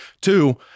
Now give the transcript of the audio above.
Two